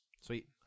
Sweet